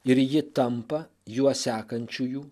ir ji tampa juo sekančiųjų